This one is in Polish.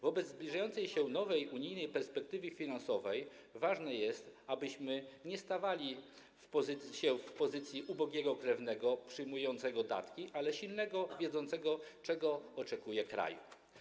Wobec zbliżającej się nowej unijnej perspektywy finansowej ważne jest, abyśmy nie stawiali się w pozycji ubogiego krewnego przyjmującego datki, ale silnego, wiedzącego, czego oczekuje, kraju.